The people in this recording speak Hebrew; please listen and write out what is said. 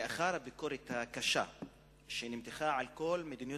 לאחר הביקורת הקשה שנמתחה על כל מדיניות